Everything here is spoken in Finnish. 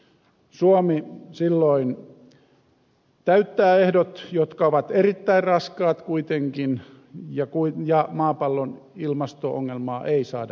suomi silloin täyttää ehdot jotka ovat erittäin raskaat kuitenkin ja maapallon ilmasto ongelmaa ei saada ratkaistua